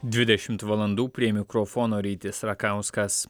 dvidešimt valandų prie mikrofono rytis rakauskas